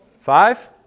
Five